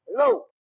Hello